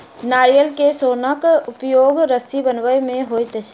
नारियल के सोनक उपयोग रस्सी बनबय मे होइत छै